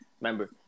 Remember